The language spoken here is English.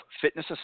fitness